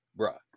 bruh